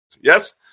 Yes